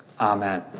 Amen